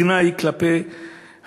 וקרא מילות גנאי כלפי הכתב,